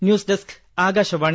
news desk Akashvani